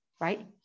right